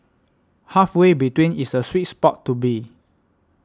halfway between is the sweet spot to be